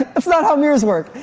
that's not how mirrors work.